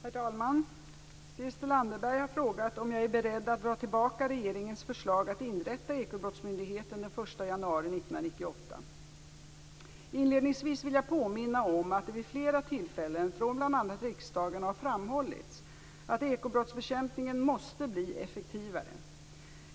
Herr talman! Christel Anderberg har frågat om jag är beredd att dra tillbaka regeringens förslag att inrätta Ekobrottsmyndigheten den 1 januari 1998. Inledningsvis vill jag påminna om att det vid flera tillfällen från bl.a. riksdagen har framhållits att ekobrottsbekämpningen måste bli effektivare.